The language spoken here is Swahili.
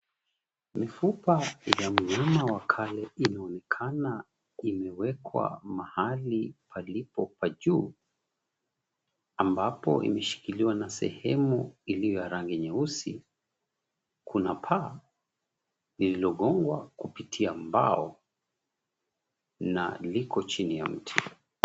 Mifupa ya mnyama wa kale inaonekana imewekwa mahali palipo pa juu, ambapo imeshikiliwa na sehemu iliyo ya rangi nyeusi. Kuna paa lililogongwa kupitia mbao, na liko chini ya mti.